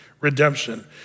redemption